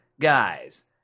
guys